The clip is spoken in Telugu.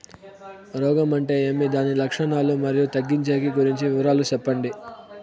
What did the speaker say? రోగం అంటే ఏమి దాని లక్షణాలు, మరియు తగ్గించేకి గురించి వివరాలు సెప్పండి?